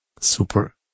Super